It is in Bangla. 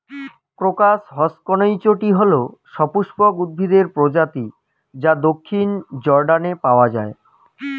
ক্রোকাস হসকনেইচটি হল সপুষ্পক উদ্ভিদের প্রজাতি যা দক্ষিণ জর্ডানে পাওয়া য়ায়